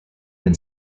been